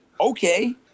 okay